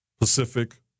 Pacific